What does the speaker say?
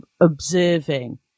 observing